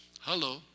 Hello